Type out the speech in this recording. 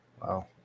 Wow